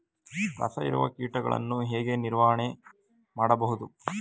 ರಸ ಹೀರುವ ಕೀಟಗಳನ್ನು ಹೇಗೆ ನಿರ್ವಹಣೆ ಮಾಡಬಹುದು?